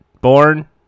Born